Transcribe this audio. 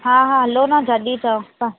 हा हा हलो न जॾहिं चओ तव्हां